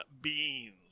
beans